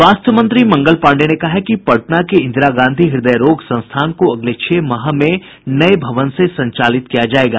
स्वास्थ्य मंत्री मंगल पांडेय ने कहा है कि पटना के इंदिरा गांधी हृदय रोग संस्थान को अगले छह माह में नए भवन से संचालित किया जाएगा